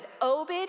Obed